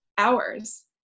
Hours